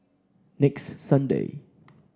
next Sunday